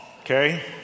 Okay